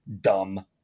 Dumb